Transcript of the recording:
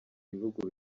bihugu